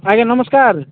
ଆଜ୍ଞା ନମସ୍କାର୍